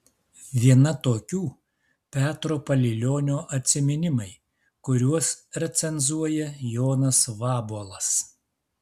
viena tokių petro palilionio atsiminimai kuriuos recenzuoja jonas vabuolas